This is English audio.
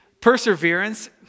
perseverance